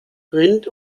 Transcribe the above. rind